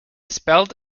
spelled